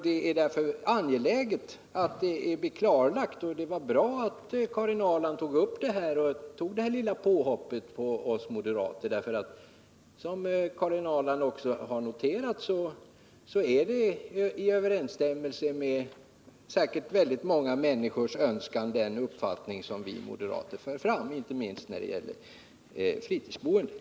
Det är bra att detta blir klarlagt, och det var därför bra att Karin Ahrland gjorde det här lilla påhoppet på oss moderater. Som Karin Ahrland själv noterat står den uppfattning som vi moderater för fram säkerligen i överensstämmelse med många människors önskningar, inte minst när det gäller fritidsboendet.